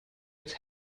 its